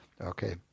Okay